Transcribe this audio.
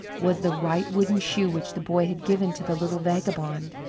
was the right wooden shoe which the boy had given to the little vagabond,